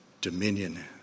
dominion